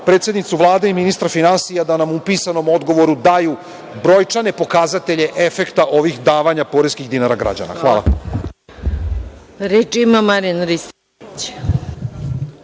predsednicu Vlade i ministra finansija da nam u pisanom odgovoru daju brojčane pokazatelje efekta ovih davanja poreskih dinara građana. Hvala. **Maja Gojković**